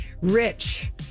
rich